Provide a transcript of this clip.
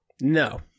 No